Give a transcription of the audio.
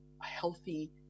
healthy